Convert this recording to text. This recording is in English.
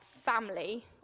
family